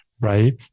right